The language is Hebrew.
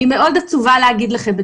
אני מאוד עצובה להגיד לכם,